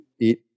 eat